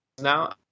now